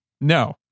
No